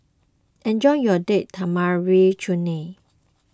enjoy your Date Tamarind Chutney